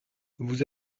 vous